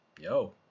Yo